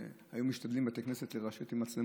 והיום משתדלים לרשת בתי כנסת עם מצלמות,